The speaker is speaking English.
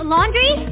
Laundry